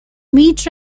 meet